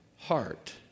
heart